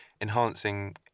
enhancing